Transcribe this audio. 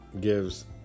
gives